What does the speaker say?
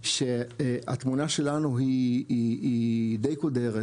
שהתמונה שלנו היא די קודרת,